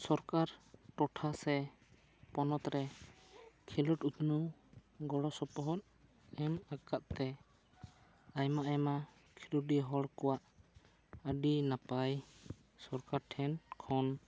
ᱥᱚᱨᱠᱟᱨ ᱴᱚᱴᱷᱟ ᱥᱮ ᱯᱚᱱᱚᱛ ᱨᱮ ᱠᱷᱮᱞᱚᱰ ᱩᱛᱱᱟᱹᱣ ᱜᱚᱲᱚ ᱥᱚᱯᱚᱦᱚᱫ ᱮᱢ ᱟᱠᱟᱫ ᱛᱮ ᱟᱭᱢᱟ ᱟᱭᱢᱟ ᱤᱥᱴᱤᱰᱤᱭᱚ ᱦᱚᱲ ᱠᱚᱣᱟᱜ ᱟᱹᱰᱤ ᱱᱟᱯᱟᱭ ᱥᱚᱨᱠᱟᱨ ᱴᱷᱮᱱ ᱠᱷᱚᱱ